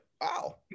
wow